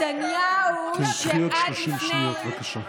נתניהו, שעד לפני, תיקחי עוד 30 שניות, בבקשה.